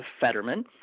Fetterman